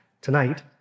tonight